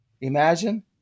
Imagine